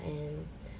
and